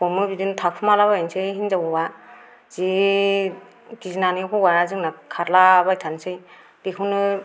हमो बिदिनो थाखोमाला बायनोसै हिन्जाव हौवा जि गिनानै हौवाया जोंना खारलाबायथानोसै बेखौनो